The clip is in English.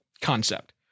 Concept